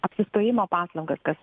apsistojimo paslaugas kas